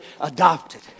adopted